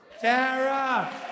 Tara